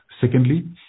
Secondly